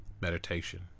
meditation